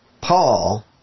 Paul